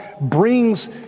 brings